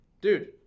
dude